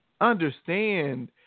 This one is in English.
understand